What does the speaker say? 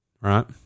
Right